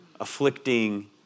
afflicting